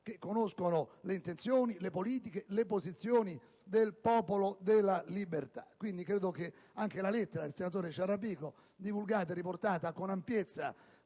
ben conoscono le intenzioni, le politiche e le posizioni del Popolo della Libertà. Credo che la lettera del senatore Ciarrapico, divulgata e riportata con ampiezza,